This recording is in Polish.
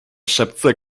szepce